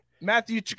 Matthew